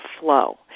flow